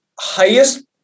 highest